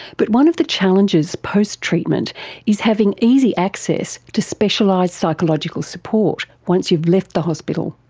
but one of the challenges post treatment is having easy access to specialised psychological support once you've left the hospital.